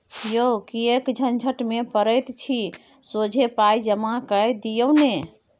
यौ किएक झंझट मे पड़ैत छी सोझे पाय जमा कए दियौ न